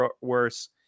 worse